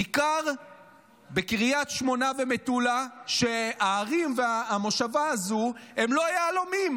ניכר בקריית שמונה ובמטולה שהערים והמושבה הזו לא יהלומים.